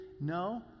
No